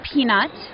Peanut